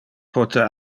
pote